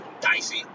dicey